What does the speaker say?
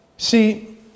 See